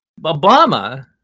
Obama